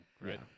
right